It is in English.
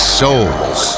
souls